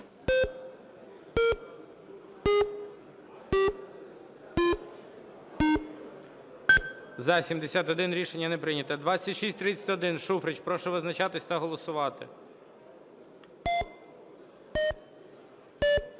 За-64 Рішення не прийнято. 2894 – прошу визначатись та голосувати.